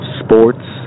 sports